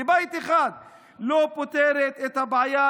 לבית אחד היא לא פותרת את הבעיה,